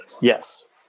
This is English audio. Yes